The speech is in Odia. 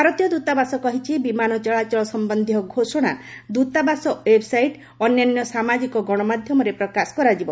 ଭାରତୀୟ ଦୂତାବାସ କହିଛି ବିମାନ ଚଳାଚଳ ସମ୍ଭନ୍ଧୀୟ ଘୋଷଣା ଦୂତାବାସ ଓ୍ୱେବ୍ସାଇଟ୍ ଅନ୍ୟାନ୍ୟ ସାମାଜିକ ଗଣମାଧ୍ୟମରେ ପ୍ରକାଶ କରାଯିବ